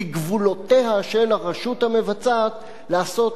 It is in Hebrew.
לגבולותיה של הרשות המבצעת לעשות